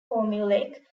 formulaic